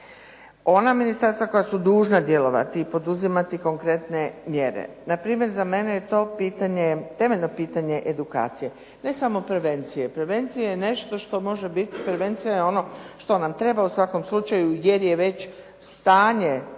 Ona ministarstva koja su dužna djelovati i poduzimati konkretne mjere. Na primjer, za mene je to temeljno pitanje edukacije, ne samo prevencije. Prevencija je nešto što može biti, prevencija je ono što nam treba u svakom slučaju jer je već stanje